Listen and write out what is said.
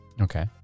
Okay